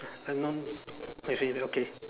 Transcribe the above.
I know as in okay